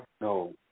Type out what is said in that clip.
no